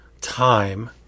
time